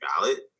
valid